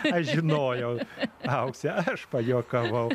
aš žinojau aukse aš pajuokavau